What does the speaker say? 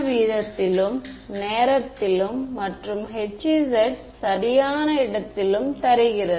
∂∂x என்பது இங்கே எல்லா இடங்களிலும் தோன்றும்